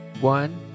one